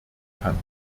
kann